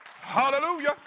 Hallelujah